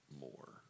more